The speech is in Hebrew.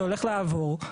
שהולך לעבור,